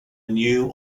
new